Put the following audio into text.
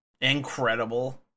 Incredible